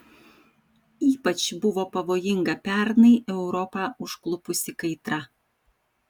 ypač buvo pavojinga pernai europą užklupusi kaitra